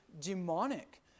demonic